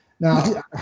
Now